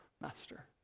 master